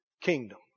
kingdom